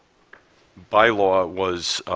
bylaw was